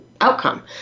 outcome